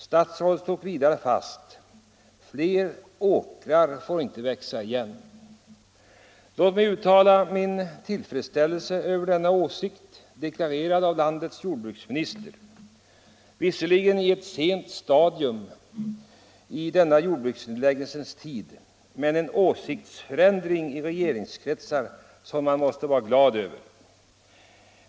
Statsrådet slog vidare fast: ”Fler åkrar får inte växa igen.” Låt mig uttala min tillfredsställelse över denna åsikt, deklarerad av landets jordbruksminister. Den innebär en åsiktsförändring i regeringskretsar som man måste vara glad över, låt vara att den kommer på ett sent stadium i denna jordbruksnedläggelsens tid.